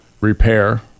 repair